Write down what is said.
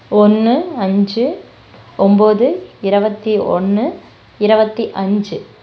ஒன்று அஞ்சு ஒம்பது இருவத்தி ஒன்று இருவத்தி அஞ்சு